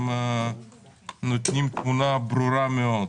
הם נותנים תמונה ברורה מאוד.